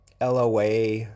LOA